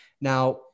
Now